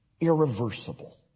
irreversible